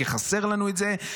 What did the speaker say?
כי חסר לנו את זה.